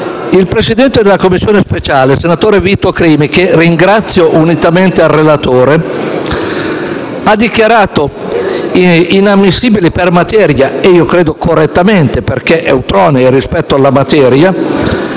il presidente della Commissione speciale, senatore Vito Crimi (che ringrazio, unitamente al relatore), ha dichiarato inammissibili per materia - e io credo correttamente, perché ultronei rispetto alla materia